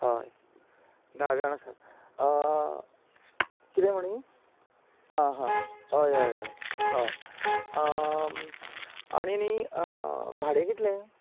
हय धा जाण आसात कितें म्हणी हा हा हय हय हय हय आनी न्ही भाडें कितलें